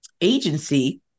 agency